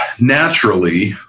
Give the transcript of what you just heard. naturally